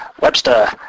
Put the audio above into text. Webster